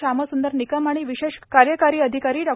श्यामसृंदर निकम आणि विशेष कार्य अधिकारी डॉ